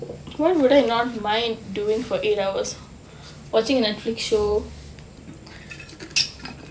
why would I not mind doing for eight hours watching Netflix show